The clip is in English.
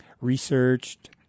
researched